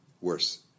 Worse